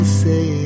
say